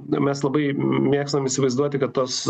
mes labai mėgstam įsivaizduoti kad tos